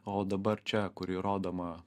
o dabar čia kuri rodoma